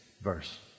verse